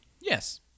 Yes